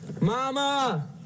Mama